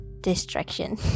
distraction